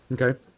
Okay